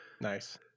nice